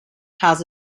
has